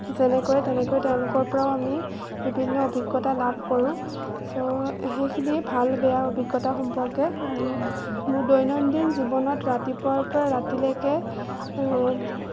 যেনেকৈ তেনেকৈ তেওঁলোকৰ পৰাও আমি বিভিন্ন অভিজ্ঞতা লাভ কৰোঁ ছ' সেইখিনিয়ে ভাল বেয়া অভিজ্ঞতা সম্পৰ্কে আৰু মোৰ দৈনন্দিন জীৱনত ৰাতিপুৱাৰ পৰা ৰাতিলৈকে